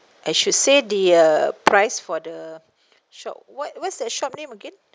I should say the uh price for the shop what what's that shop name again